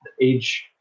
age